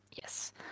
Yes